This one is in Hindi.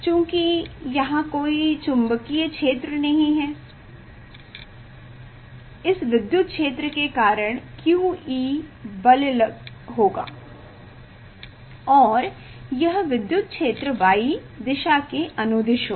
चूँकि यहाँ कोई चुंबकीय क्षेत्र नहीं है इस विद्युत क्षेत्र के कारण q E बल होगा और यह विद्युत क्षेत्र y दिशा के अनुदिश होगा